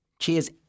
cheers